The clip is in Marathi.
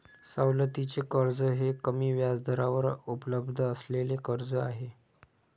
सवलतीचे कर्ज हे कमी व्याजदरावर उपलब्ध असलेले कर्ज आहे